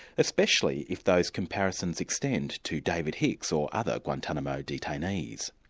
especially if those comparisons extend to david hicks or other guantanamo detainees.